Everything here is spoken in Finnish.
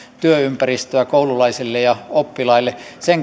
työympäristöä koululaisille ja oppilaille